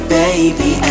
baby